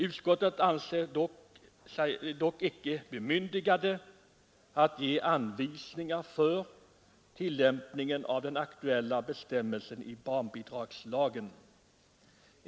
Utskottet anser dock icke att det ankommer på riksdagen att ge anvisningar för tillämpningen av den aktuella bestämmelsen i barnbidragslagen.